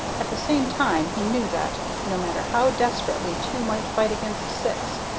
at the same time he knew that, no matter how desperately two might fight against six,